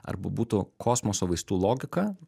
arba būtų kosmoso vaistų logika